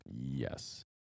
Yes